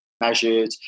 measured